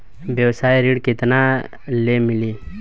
व्यवसाय ऋण केतना ले मिली?